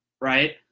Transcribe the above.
right